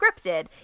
scripted